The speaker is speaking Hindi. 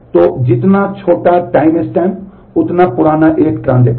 तो जितना छोटा टाइमस्टैम्प उतना पुराना एक ट्रांजेक्शन